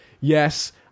Yes